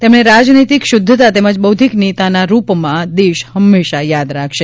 તેમણે રાજનૈતિક શુદ્ધતા તેમજ બૌધ્ધિક નેતાના રૂપમાં દેશ હંમેશા યાદ રાખશે